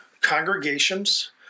congregations